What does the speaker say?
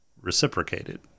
reciprocated